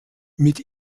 mit